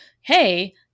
hey